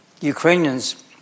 Ukrainians